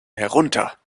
herunter